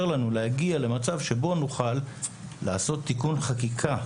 לנו להגיע למצב שבו נוכל לעשות תיקון חקיקה.